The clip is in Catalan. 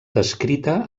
descrita